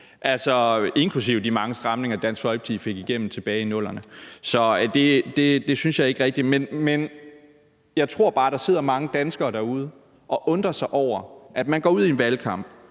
inklusive de mange stramninger, Dansk Folkeparti fik igennem tilbage i 00'erne. Så det synes jeg ikke er rigtigt. Men jeg tror bare, der sidder mange danskere derude og undrer sig over, at man går ud i en valgkamp